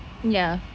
ya